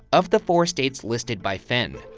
of the four states listed by fenn,